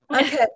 Okay